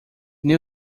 new